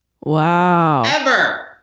wow